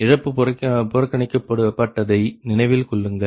இழப்பு புறக்கணிக்கப்பட்டதை நினைவில் கொள்ளுங்கள்